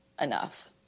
enough